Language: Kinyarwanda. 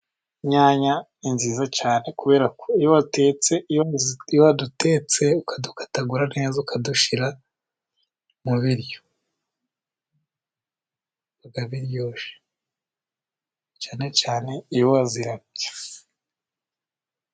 Inyanya ni nziza cyane iyo wazitetse dutetse ukadukatagura neza ukadushyira mu biryo cyane cyane iyo wa zirapye.